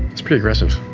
it's progressive